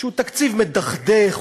שהוא תקציב מדכדך,